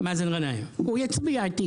מאזן גנאים הוא יצביע איתי